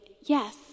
yes